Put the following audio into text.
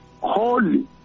holy